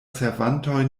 servantoj